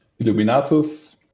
Illuminatus